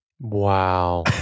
Wow